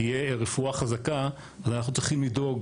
שתהיה רפואה חזקה אז אנחנו צריכים לדאוג